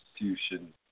Institution